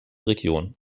region